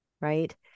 right